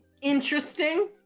interesting